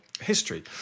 History